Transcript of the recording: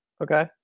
okay